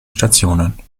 stationen